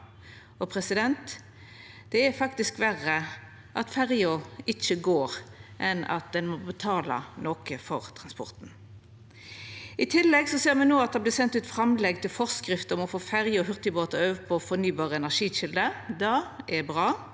på sine samband. Det er faktisk verre at ferja ikkje går enn at ein må betala noko for transporten. I tillegg ser me no at det vert sendt ut framlegg til forskrift om å få ferjer og hurtigbåtar over på fornybare energikjelder. Det er bra,